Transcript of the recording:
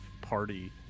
party